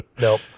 Nope